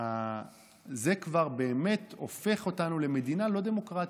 זה כבר באמת הופך אותנו למדינה לא דמוקרטית,